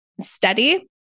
steady